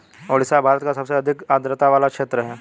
ओडिशा भारत का सबसे अधिक आद्रता वाला क्षेत्र है